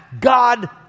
God